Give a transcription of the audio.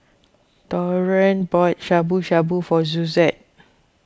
Taurean bought Shabu Shabu for Suzette